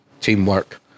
teamwork